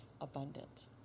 abundant